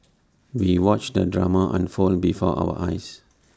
we watched the drama unfold before our eyes